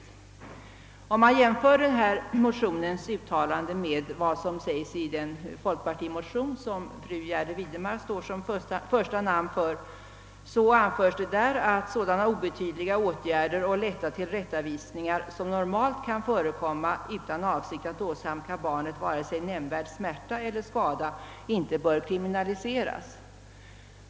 Om man jämför det uttalandet med den folkpartimotion där fru Gärde Widemar står som första namn, skall man finna att i denna motion anföres att sådana obetydliga åtgärder och lätta tillrättavisningar som normalt kan förekomma utan avsikt att åsamka barnet vare sig nämnvärd smärta eller skada, inte bör kriminaliseras.